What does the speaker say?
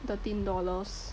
thirteen dollars